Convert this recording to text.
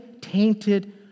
tainted